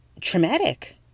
traumatic